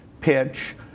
pitch